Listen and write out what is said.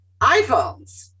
iPhones